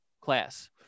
class